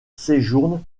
séjourne